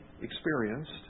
experienced